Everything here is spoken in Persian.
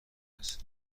هست